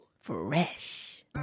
Fresh